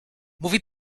mówi